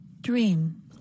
Dream